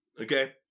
Okay